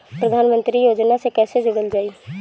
प्रधानमंत्री योजना से कैसे जुड़ल जाइ?